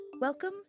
Welcome